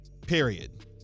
Period